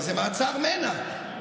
אבל זה מעצר מנע.